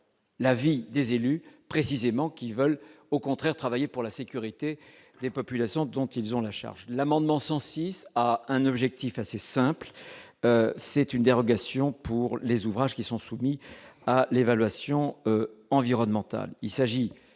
l'avis des élus précisément qui veulent au contraire travailler pour la sécurité des populations dont ils ont la charge de l'amendement 106 à un objectif assez simple, c'est une dérogation pour les ouvrages qui sont soumis à l'évaluation environnementale,